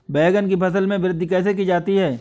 बैंगन की फसल में वृद्धि कैसे की जाती है?